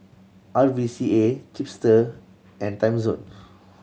R V C A Chipster and Timezone